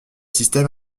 système